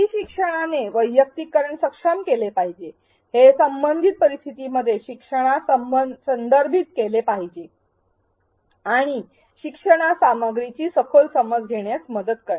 E शिक्षणाने वैयक्तिकरण सक्षम केले पाहिजे हे संबंधित परिस्थितींमध्ये शिक्षणास संदर्भित केले पाहिजे आणि शिक्षणास सामग्रीची सखोल समज घेण्यास मदत करणे